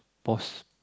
boss